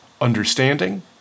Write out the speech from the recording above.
understanding